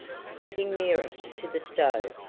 stepping nearer to the stove.